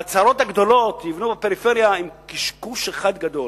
וההצהרות הגדולות שיבנו בפריפריה הן קשקוש אחד גדול.